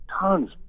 Tons